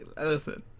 listen